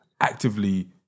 actively